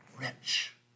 rich